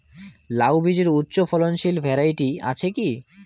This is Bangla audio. লাউ বীজের উচ্চ ফলনশীল ভ্যারাইটি আছে কী?